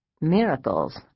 miracles